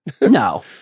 No